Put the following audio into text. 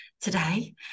today